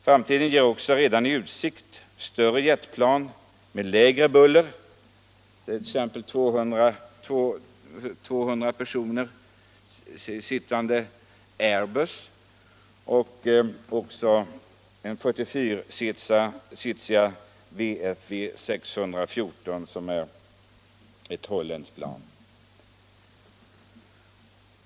Framtiden ställer i utsikt större jetplan med lägre buller, t.ex. Airbus med plats för 200 personer och VFV 614, ett holländskt plan med 44 platser.